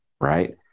right